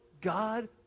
God